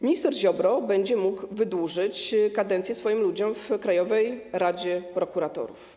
Minister Ziobro będzie mógł wydłużyć kadencję swoim ludziom w Krajowej Radzie Prokuratorów.